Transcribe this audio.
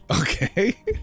Okay